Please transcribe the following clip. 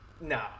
no